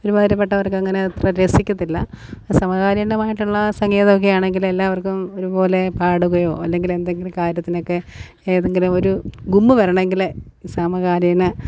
ഒരുമാതിരിപ്പെട്ടവർക്ക് അങ്ങനെ അത്ര രസിക്കത്തില്ല സമകാലീനമായിട്ടുള്ള സംഗീതമൊക്കെയാണെങ്കില് എല്ലാവർക്കും ഒരുപോലെ പാടുകയോ അല്ലങ്കിലെന്തെങ്കിലും കാര്യത്തിനൊക്കെ ഏതെങ്കിലും ഒരു ഗുമ്മ് വരണമെങ്കില് സമകാലീന